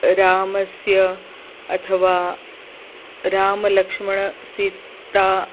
रामस्य अथवा रामलक्ष्मणसीता